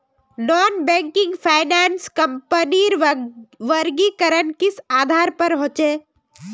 Non banking finance कंपनीर वर्गीकरण किस आधार पर होचे?